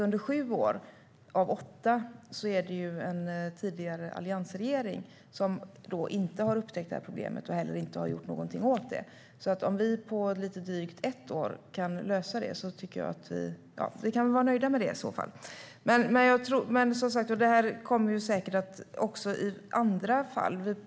Under sju år av åtta var det den tidigare alliansregeringen som inte upptäckte detta problem och som inte heller gjorde någonting åt det. Om den nuvarande regeringen på lite drygt ett år kan lösa det tycker jag att vi kan vara nöjda med det. Detta kommer säkert att bli aktuellt i andra fall.